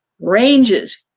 ranges